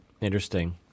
Interesting